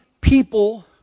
people